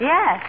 Yes